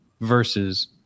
versus